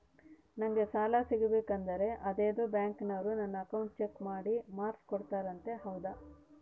ನಂಗೆ ಸಾಲ ಸಿಗಬೇಕಂದರ ಅದೇನೋ ಬ್ಯಾಂಕನವರು ನನ್ನ ಅಕೌಂಟನ್ನ ಚೆಕ್ ಮಾಡಿ ಮಾರ್ಕ್ಸ್ ಕೋಡ್ತಾರಂತೆ ಹೌದಾ?